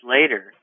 later